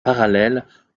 parallèles